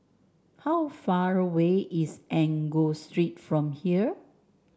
how far away is Enggor Street from here